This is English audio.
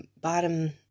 bottom